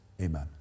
Amen